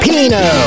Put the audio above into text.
Pino